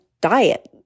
diet